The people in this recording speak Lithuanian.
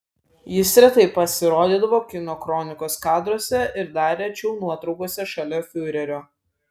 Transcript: jis retai pasirodydavo kino kronikos kadruose ir dar rečiau nuotraukose šalia fiurerio